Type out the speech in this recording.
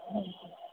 हं